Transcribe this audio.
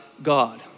God